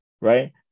right